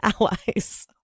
allies